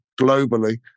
globally